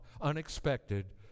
unexpected